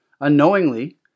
unknowingly